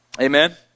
amen